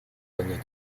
планете